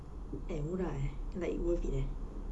eh murah eh like worth it eh